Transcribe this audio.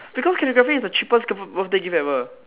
because calligraphy is the cheapest birthday gift ever